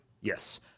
Yes